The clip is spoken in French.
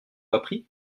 appris